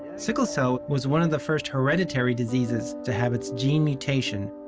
sickle cell was one of the first hereditary diseases to have its gene mutation,